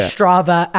Strava